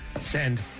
Send